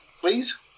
please